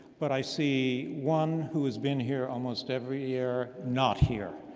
but i see one who has been here almost every year, not here.